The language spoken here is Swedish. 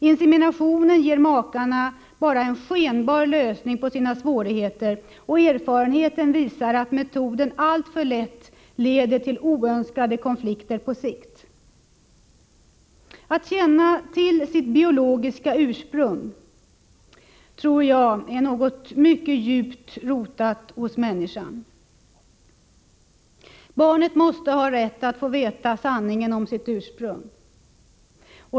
Inseminationen ger makarna bara en skenbar lösning på deras svårigheter, och erfarenheten visar att metoden alltför lätt leder till oönskade konflikter på sikt. Behovet att känna till sitt biologiska ursprung tror jag är något mycket djupt rotat hos människan. Barnet måste ha rätt att få veta sanningen om sitt ursprung.